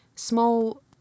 Small